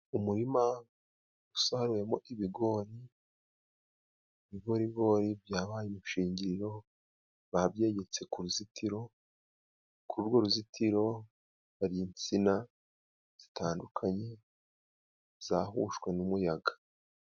Umurima usaruwemo ibigori ibigorigori byabaye inshingiriro babyegetse ku ruzitiro, kuri urwo ruzitiro hari insina zitandukanye zahushwe n'umuyaga.